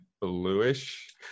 bluish